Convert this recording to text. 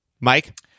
Mike